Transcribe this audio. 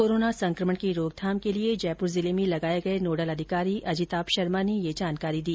corona संकमण की रोकथाम के लिए जयपुर जिले में लगाये गये नोडल अधीकारी अजिताभ शर्मा ने ये जानकारी दी